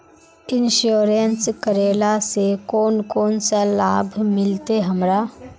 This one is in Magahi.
इंश्योरेंस करेला से कोन कोन सा लाभ मिलते हमरा?